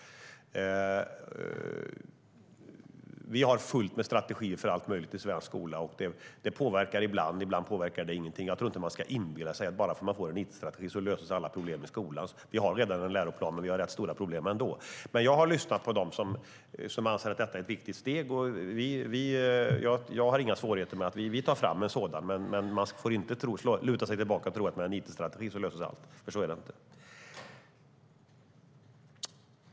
Vi har fullt med strategier för allt möjligt i svensk skola. Det påverkar ibland, och ibland påverkar det ingenting. Jag tror inte att man ska inbilla sig att alla problem i skolan löser sig bara för att vi får en it-strategi - vi har redan en läroplan, men vi har rätt stora problem ändå. Jag har dock lyssnat på dem som anser att detta är ett viktigt steg, och jag har inga svårigheter med det. Vi tar fram en sådan. Man får dock inte luta sig tillbaka och tro att allt löser sig med en it-strategi, för så är det inte.